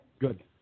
Good